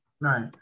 Right